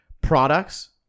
products